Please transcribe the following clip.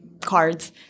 cards